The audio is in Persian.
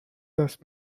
دست